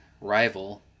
Rival